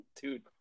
dude